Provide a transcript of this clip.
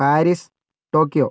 Paris Tokyo